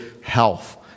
health